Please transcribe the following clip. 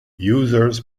users